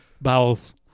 bowels